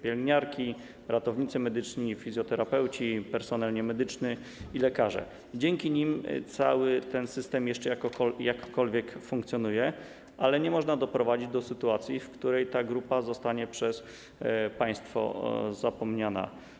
Pielęgniarki, ratownicy medyczni, fizjoterapeuci, personel niemedyczny i lekarze - dzięki nim cały ten system jeszcze jakkolwiek funkcjonuje, ale nie można doprowadzić do sytuacji, w której ta grupa zostanie przez państwo zapomniana.